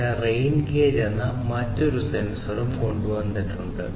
പിന്നെ rain gauge എന്ന മറ്റൊരു സെൻസറും കൊണ്ടുവന്നിട്ടുണ്ട്